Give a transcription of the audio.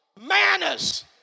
manners